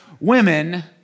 women